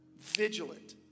Vigilant